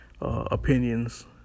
opinions